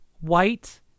white